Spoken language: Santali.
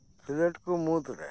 ᱠᱷᱮᱞᱳᱰ ᱠᱚ ᱢᱩᱫ ᱨᱮ